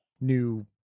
new